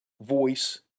voice